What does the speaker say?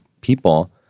people